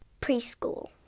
preschool